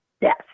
Yes